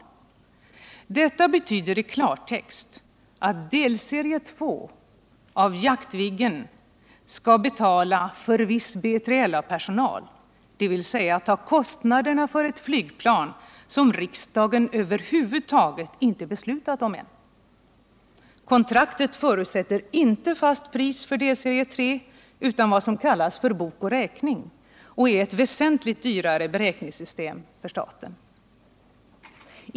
Detta betyder i klartext att delserie 2 av Jaktviggen skall betala för viss BJLA-personal, dvs. ta kostnaderna för ett flygplan som riksdagen över huvud taget inte beslutat om ännu. Kontraktet förutsätter inte fast pris för delserie 3, utan vad som kallas ”bokoch räkning” och är ett väsentligt dyrare beräkningssystem för staten.